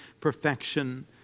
perfection